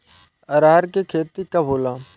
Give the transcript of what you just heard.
अरहर के खेती कब होला?